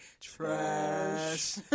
trash